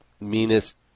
meanest